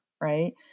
Right